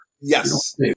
Yes